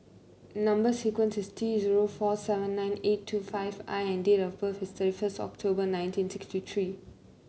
number sequence is T zero four seven nine eight two five I and date of birth is thirty first October nineteen sixty three